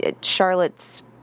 Charlotte's